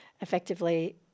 effectively